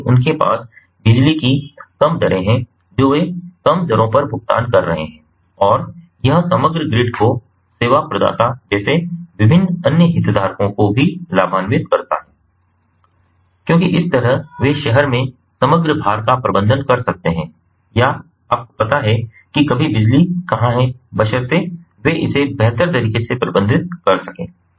इसलिए उनके पास बिजली की कम दरें हैं जो वे कम दरों पर भुगतान कर रहे हैं और यह समग्र ग्रिड को सेवा प्रदाता जैसे विभिन्न अन्य हितधारकों को भी लाभान्वित करता है क्योंकि इस तरह वे शहर में समग्र भार का प्रबंधन कर सकते हैं या आपको पता है कि कभी बिजली कहाँ है बशर्ते वे इसे बेहतर तरीके से प्रबंधित कर सकें